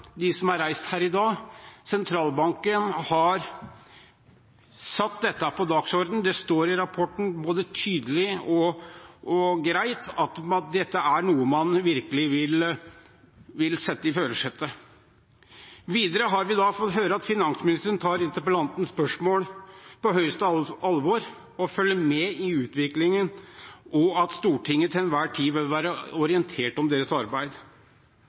de som er reist her i dag. Sentralbanken har satt dette på dagsordenen, og det står i rapporten både tydelig og greit at dette er noe man virkelig vil sette i førersetet. Videre har vi i dag fått høre at finansministeren tar interpellantens spørsmål på største alvor og følger med i utviklingen, og at Stortinget til enhver tid bør være orientert om deres arbeid.